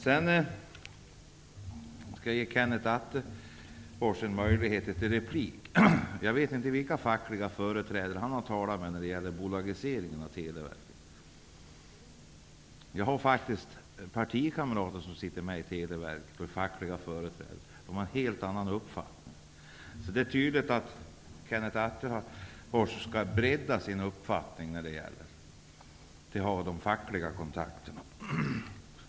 Sedan skall jag ge Kenneth Attefors en möjlighet till replik. Jag vet inte vilka fackliga företrädare han har talat med när det gäller bolagiseringen av Televerket. Jag har faktiskt partikamrater som är fackliga företrädare på Televerket. De har en helt annan uppfattning. Det är tydligt att Kenneth Attefors skall bredda sin uppfattning i fråga om de fackliga kontakterna.